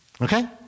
Okay